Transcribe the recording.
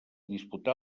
disputà